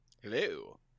hello